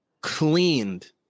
cleaned